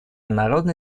народно